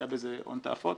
משקיעה בזה הון תועפות,